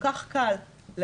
כל כך קל לעשות,